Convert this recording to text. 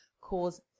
cause